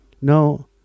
no